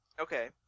Okay